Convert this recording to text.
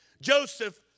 Joseph